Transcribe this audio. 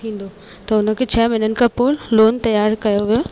थींदो त हुन खे छह महिननि खां पोइ लोन तयारु कयो वियो